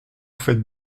faites